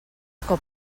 cop